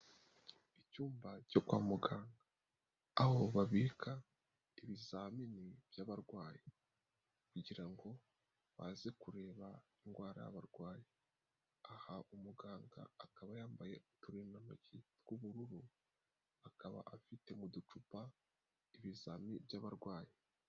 Icyumba cyo kwa muganga aho babika ibizamini bybarwayi kugira ngo baze kureba indwara barwaye, aha umuganga akaba yambaye uturindantoki t'wubururu akaba afite muducupa tw'ibizamini by'abarwayi.